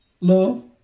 love